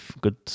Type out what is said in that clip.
good